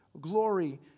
glory